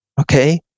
Okay